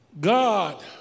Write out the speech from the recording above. God